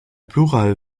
plural